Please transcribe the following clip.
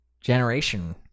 generation